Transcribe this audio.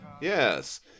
Yes